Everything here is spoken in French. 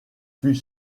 fut